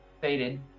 faded